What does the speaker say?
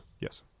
Yes